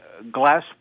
glass